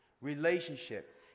relationship